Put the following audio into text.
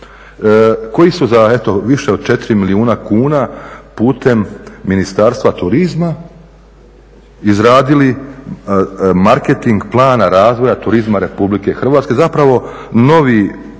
koji su za eto više od 4 milijuna kuna putem Ministarstva turizma izradili marketing plana razvoja turizma Republike Hrvatske, zapravo novi